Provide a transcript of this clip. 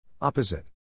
Opposite